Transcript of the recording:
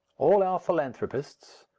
all our philanthropists,